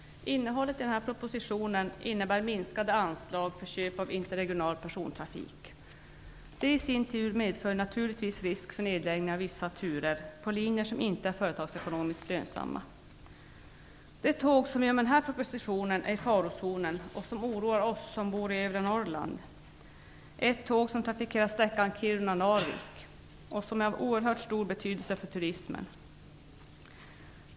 Fru talman! Innehållet i propositionen innebär minskade anslag för köp av interregional persontrafik. Det i sin tur medför naturligtvis risk för nedläggning av vissa turer på linjer som inte är företagsekonomiskt lönsamma. Ett tåg som genom den här propositionen är i farozonen - något som oroar oss som bor i övre Narvik och som är av oerhört stor betydelse för turismen.